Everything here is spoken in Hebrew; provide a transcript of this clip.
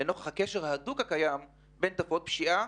זאת לנוכח הקשר ההדוק הקיים בין תופעות פשיעה